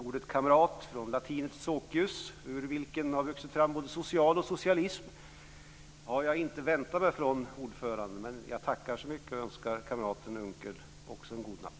Ordet kamrat, från latinets socius, ur vilket har vuxit fram både "social" och "socialism", hade jag inte väntat mig från ordföranden. Men jag tackar så mycket och önskar kamraten Unckel också en god natt.